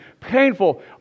painful